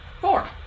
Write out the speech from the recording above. Four